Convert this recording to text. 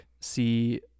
see